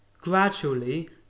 gradually